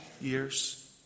years